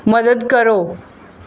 ਮਦਦ ਕਰੋ